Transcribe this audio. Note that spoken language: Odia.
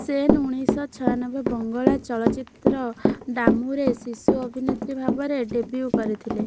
ସେନ୍ ଉଣେଇଶଛୟାନବେ ବଙ୍ଗଳା ଚଳଚ୍ଚିତ୍ର ଡାମୁରେ ଶିଶୁ ଅଭିନେତ୍ରୀ ଭାବରେ ଡେବ୍ୟୁ କରିଥିଲେ